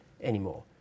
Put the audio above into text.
anymore